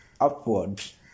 upwards